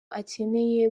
akeneye